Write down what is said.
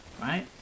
right